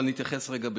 אבל נתייחס רגע ברצינות.